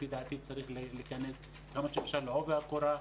לפי דעתי צריך להיכנס כמה שאפשר לעובי הקורה,